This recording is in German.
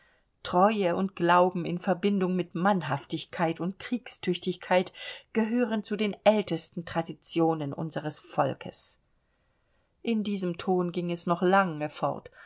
treue und glauben in verbindung mit mannhaftigkeit und kriegstüchtigkeit gehören zu den ältesten traditionen unseres volkes in diesem ton ging es noch lange fort